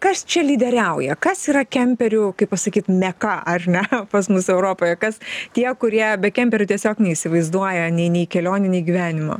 kas čia lyderiauja kas yra kemperių kaip pasakyt meka ar ne pas mus europoje kas tie kurie be kemperių tiesiog neįsivaizduoja nei nei kelionių nei gyvenimo